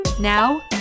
Now